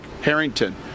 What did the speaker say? Harrington